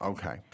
Okay